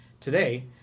Today